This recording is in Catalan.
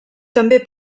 també